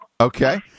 Okay